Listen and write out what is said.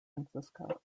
francisco